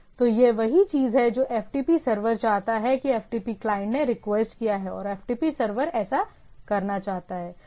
तो यह वही है जो ftp सर्वर चाहता है कि ftp क्लाइंट ने रिक्वेस्ट किया है और ftp सर्वर ऐसा करना चाहता है